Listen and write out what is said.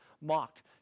mocked